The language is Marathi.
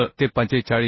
तर ते 45